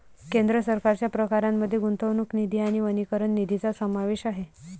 केंद्र सरकारच्या प्रकारांमध्ये गुंतवणूक निधी आणि वनीकरण निधीचा समावेश आहे